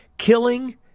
Killing